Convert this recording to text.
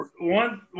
one